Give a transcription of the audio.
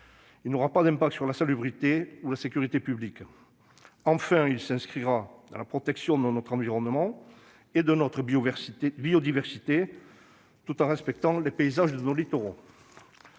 il n'aura pas d'impact sur la salubrité ou la sécurité publique. Enfin, il contribuera à la protection de notre environnement et de notre biodiversité, tout en respectant les paysages de nos littoraux.